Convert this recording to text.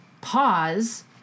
pause